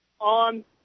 on